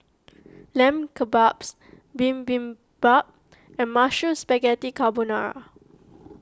Lamb Kebabs Bibimbap and Mushroom Spaghetti Carbonara